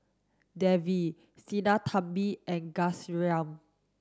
Devi Sinnathamby and Ghanshyam